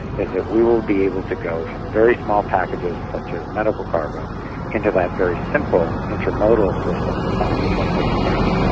is that we will be able to go from very small packages such as medical cargo into that very simple intermodal system of the twenty foot container.